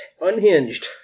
unhinged